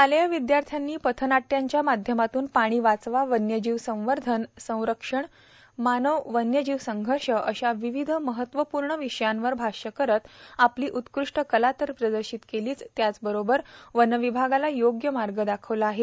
शालेय विदयार्थ्यांनी पथनाटयांच्या माध्यमातून पाणी वाचवा वन्यजीव संवर्धन आणि संरक्षण मानव वन्यजीव संघर्ष अशा विविध महत्वपूर्ण विषयांवर भाष्य करत आपली उत्कृष्ट कला तर प्रदर्शित केलीच त्यासोबतच वनविभागाला योग्य मार्ग दाखविला आहे